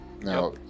Now